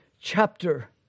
chapter